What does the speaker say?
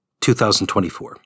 2024